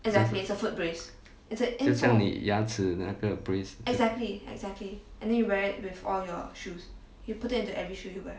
就像你牙齿的那个 brace